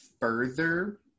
further